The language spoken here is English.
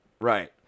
right